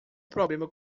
problema